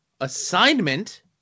assignment